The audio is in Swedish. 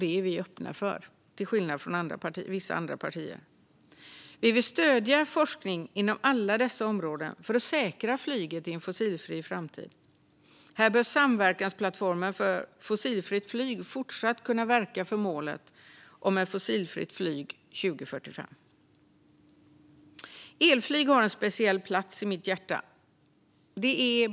Det är vi öppna för, till skillnad från vissa andra partier. Vi vill stödja forskning inom alla dessa områden för att säkra flyget i en fossilfri framtid. Här bör samverkansplattformen för fossilfritt flyg fortsatt kunna verka för målet om ett fossilfritt flyg 2045. Elflyg har en speciell plats i mitt hjärta.